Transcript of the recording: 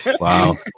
Wow